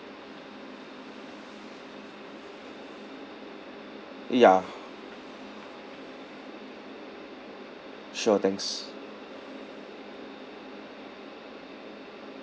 ya sure thanks